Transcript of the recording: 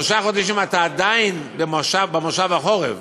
שלושה חודשים, אתה עדיין במושב החורף,